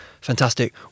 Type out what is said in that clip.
fantastic